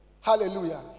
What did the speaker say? Hallelujah